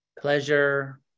pleasure